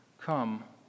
come